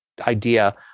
idea